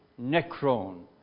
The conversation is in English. necron